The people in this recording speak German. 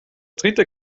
dritte